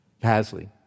Pasley